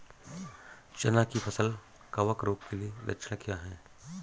चना की फसल कवक रोग के लक्षण क्या है?